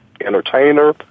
entertainer